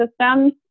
systems